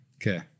Okay